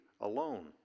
alone